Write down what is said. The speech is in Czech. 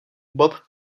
bob